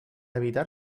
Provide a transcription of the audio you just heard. evitar